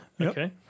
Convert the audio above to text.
Okay